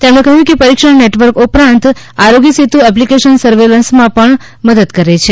તેમણે કહ્યું કે પરીક્ષણ નેટવર્ક ઉપરાંત આરોગ્ય સેતુ એપ્લિકેશન સર્વેલન્સમાં પણ મદદ કરે છે